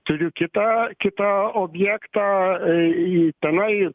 turiu kitą kitą objektą tenai